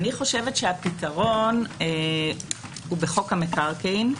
אני חושבת שהפתרון הוא בחוק המקרקעין.